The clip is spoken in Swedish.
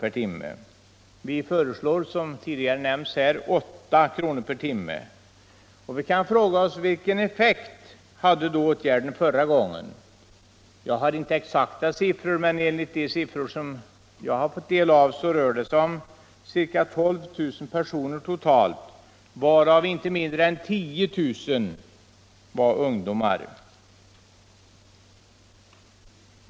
per timme. Som tidigare nämnts här förordar vi nu att bidraget skall vara 8 kr. per timme. Vilken effekt hade då åtgärden förra gången? Jag har inte exakta siffror, men enligt de siffror jag fått del av rörde det sig om ca 12 000 personer totalt, varav inte mindre än 10000 var ungdomar.